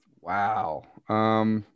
Wow